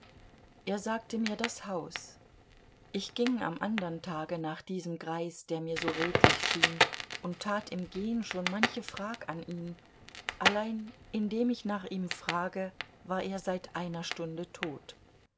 er sagte mir das haus ich ging am andern tage nach diesem greis der mir so redlich schien und tat im gehn schon manche frag an ihn allein indem ich nach ihm frage war er seit einer stunde tot